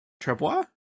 Trebois